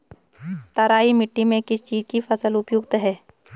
तराई मिट्टी में किस चीज़ की फसल उपयुक्त है?